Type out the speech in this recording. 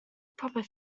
proper